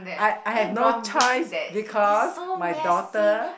I I have no choice because my daughter